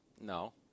No